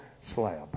slab